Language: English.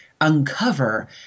uncover